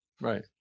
Right